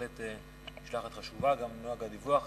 בהחלט משלחת חשובה, גם נוהג הדיווח חשוב.